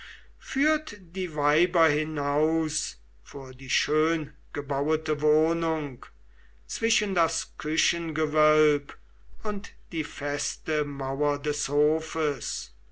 führt die weiber hinaus vor die schöngebauete wohnung zwischen das küchengewölb und die feste mauer des hofes